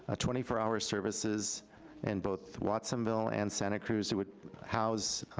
ah twenty four hour services in both watsonville and santa cruz, it would house,